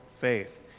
faith